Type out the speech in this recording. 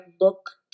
look